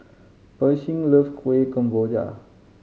Pershing loves Kueh Kemboja